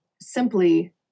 simply